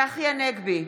צחי הנגבי,